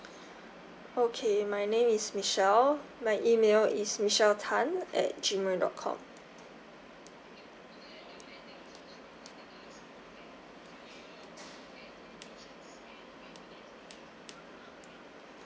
okay my name is michelle my email is michelle tan at gmail dot com